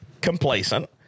Complacent